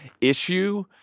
issue